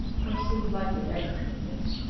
or seemed likely ever to exist.